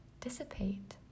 dissipate